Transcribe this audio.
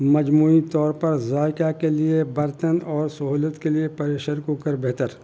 مجموعی طور پر ذائقہ کے لیے برتن اور سہولت کے لیے پریشر کوکر بہتر